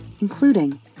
including